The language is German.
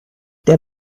der